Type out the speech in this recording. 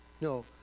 No